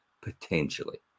potentially